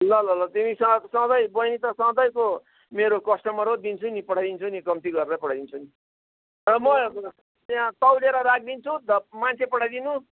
ल ल ल तिमीसँग त सधैँ बहिनी त सधैँको मेरो कस्टमर हो दिन्छु नि पठाइदिन्छु नि कम्ती गरेरै पठाइदिन्छु नि ल म यहाँ तौलेर राखिदिन्छु मान्छे पठाइदिनू